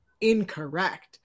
incorrect